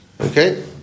Okay